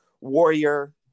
Warrior